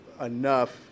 enough